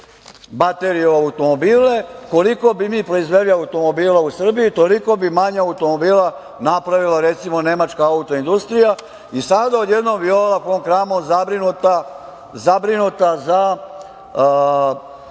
baterije u automobile. Koliko bi mi proizveli automobila u Srbiji, toliko bi manje automobila napravila, recimo, nemačka auto industrija. Sada je odjednom Viola fon Kramon zabrinuta za